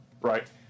right